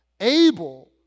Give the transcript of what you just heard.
able